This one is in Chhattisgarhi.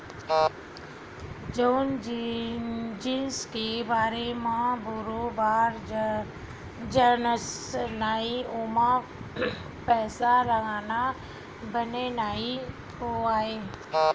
जउन जिनिस के बारे म बरोबर जानस नइ ओमा पइसा लगाना बने नइ होवय